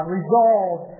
resolved